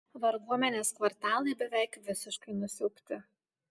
varguomenės kvartalai beveik visiškai nusiaubti